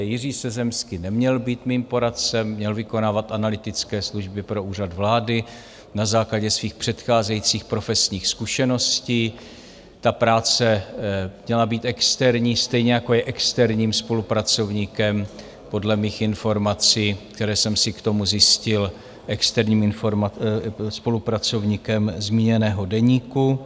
Jiří Sezemský neměl být mým poradcem, měl vykonávat analytické služby pro Úřad vlády na základě svých předcházejících profesních zkušeností, ta práce měla být externí, stejně jako je externím spolupracovníkem podle mých informací, které jsem si k tomu zjistil, externím spolupracovníkem zmíněného deníku.